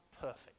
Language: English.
perfect